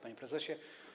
Panie Prezesie!